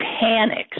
panics